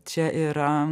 čia yra